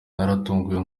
naratunguwe